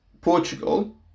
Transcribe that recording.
portugal